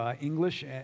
English